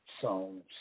songs